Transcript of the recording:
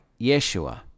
Yeshua